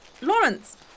Lawrence